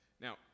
Now